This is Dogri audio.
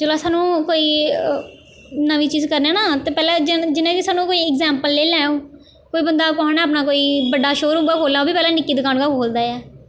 जिसलै सानूं कोई नमीं चीज़ करने आं पैह्लें जियां सानूं कोई अग़्जैंंपल लेई लैं अ'ऊं कोई बंदा कुसै ने अपना कोई बड्डा शोरूम गै खोह्लना ओह् बी पैह्लें निक्की दकान गै खोलदा ऐ